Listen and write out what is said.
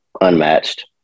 unmatched